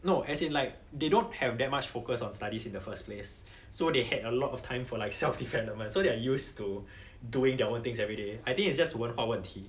no as in like they don't have that much focus on studies in the first place so they had a lot of time for like self development so they are used to doing their own things everyday I think it's just 文化问题